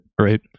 Right